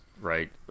right